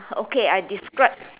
okay I describe